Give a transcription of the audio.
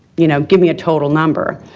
you know, give me a total number.